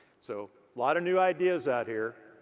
so lot of new ideas out here